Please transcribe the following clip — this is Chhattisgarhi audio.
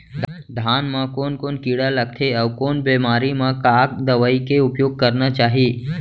धान म कोन कोन कीड़ा लगथे अऊ कोन बेमारी म का दवई के उपयोग करना चाही?